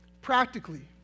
practically